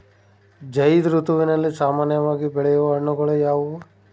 ಝೈಧ್ ಋತುವಿನಲ್ಲಿ ಸಾಮಾನ್ಯವಾಗಿ ಬೆಳೆಯುವ ಹಣ್ಣುಗಳು ಯಾವುವು?